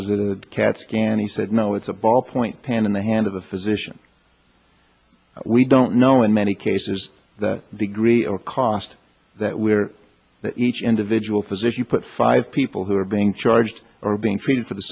is it a cat scan and he said no it's a ballpoint pen in the hand of the physician we don't know in many cases the degree or cost that we're that each individual physician put five people who are being charged or being treated for the